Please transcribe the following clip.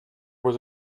was